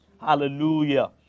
Hallelujah